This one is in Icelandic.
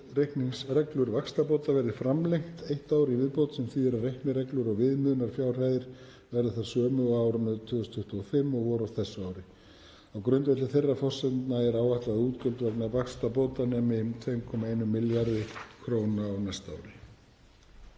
útreikningsreglur vaxtabóta verði framlengt eitt ár í viðbót sem þýðir að reiknireglur og viðmiðunarfjárhæðir kerfisins verði þær sömu á árinu 2025 og voru á þessu ári. Á grundvelli þeirra forsendna er áætlað að útgjöld vegna vaxtabóta nemi 2,1 milljarði kr. á næsta ári.